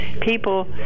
People